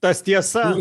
tas tiesa